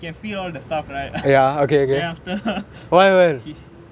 can feel all the stuff right then after she